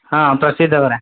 ହଁ ପ୍ରସିଦ୍ଧ ବରା